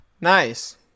Nice